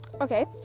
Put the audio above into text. Okay